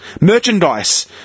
Merchandise